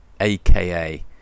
aka